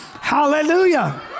Hallelujah